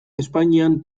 espainian